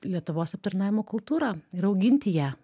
lietuvos aptarnavimo kultūrą ir auginti ją